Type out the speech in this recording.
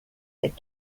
that